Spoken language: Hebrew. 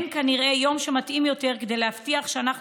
אין כנראה יום שמתאים יותר כדי להבטיח שאנחנו